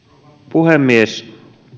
puhemies